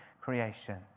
creation